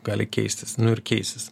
gali keistis nu ir keisis